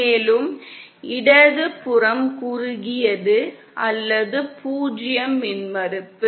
மேலும் இடது புறம் குறுகியது அல்லது 0 மின்மறுப்பு